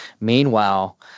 Meanwhile